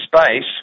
space